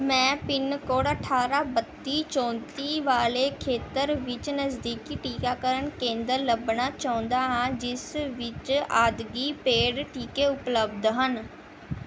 ਮੈਂ ਪਿੰਨਕੋਡ ਅਠਾਰਾਂ ਬੱਤੀ ਚੌਂਤੀ ਵਾਲੇ ਖੇਤਰ ਵਿੱਚ ਨਜ਼ਦੀਕੀ ਟੀਕਾਕਰਨ ਕੇਂਦਰ ਲੱਭਣਾ ਚਾਹੁੰਦਾ ਹਾਂ ਜਿਸ ਵਿੱਚ ਅਦਾਇਗੀ ਪੇਡ ਟੀਕੇ ਉਪਲਬਧ ਹਨ